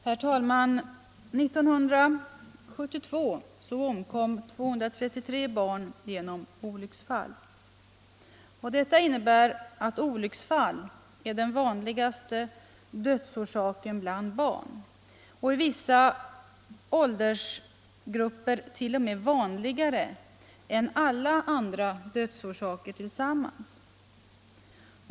Herr talman! År 1972 omkom 233 barn genom olycksfall. Det innebär att olycksfall är den vanligaste dödsorsaken bland barn, i vissa åldersgrupper t.o.m. vanligare än alla andra dödsorsaker tillsammans.